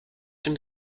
dem